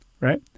right